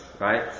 right